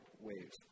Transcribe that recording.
waves